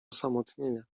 osamotnienia